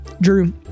Drew